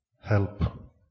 help